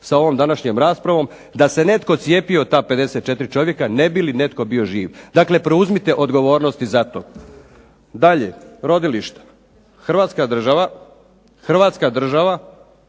sa ovom današnjom raspravom, da se netko cijepio ta 54 čovjeka, ne bi li netko bio živ? Dakle preuzimate odgovornost i za to. Dalje, rodilišta. Hrvatska država je uložila